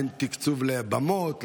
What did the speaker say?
אין תקצוב לבמות,